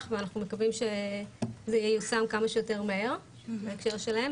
ואנחנו מקווים שזה ייושם כמה שיותר מהר בהקשר שלהם,